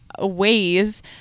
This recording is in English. ways